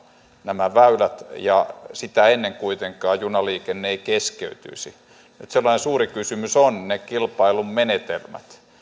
nämä väylät ja sitä ennen kuitenkaan junaliikenne ei keskeytyisi nyt sellainen suuri kysymys ovat ne kilpailumenetelmät